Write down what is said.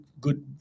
good